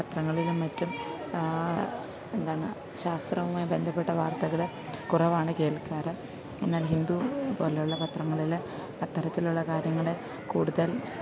പത്രങ്ങളിലും മറ്റും എന്താണ് ശാസ്ത്രവുമായി ബന്ധപ്പെട്ട വാർത്തകൾ കുറവാണ് കേൾക്കാറ് എന്നാൽ ഹിന്ദു പോലുള്ള പത്രങ്ങളിൽ അത്തരത്തിലുള്ള കാര്യങ്ങൾ കൂടുതൽ